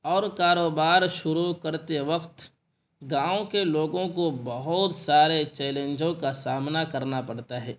اور کاروبار شروع کرتے وقت گاؤں کے لوگوں کو بہت سارے چیلنجوں کا سامنا کرنا پڑتا ہے